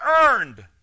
earned